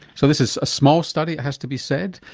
so this is a small study, it has to be said,